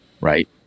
right